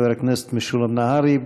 חבר הכנסת משולם נהרי.